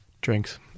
drinks